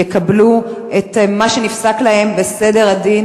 יקבלו את מה שנפסק להם בסדר הדין